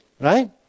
right